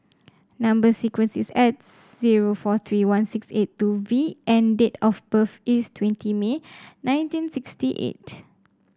number sequence is S zero four three one six eight two V and date of birth is twenty May nineteen sixty eight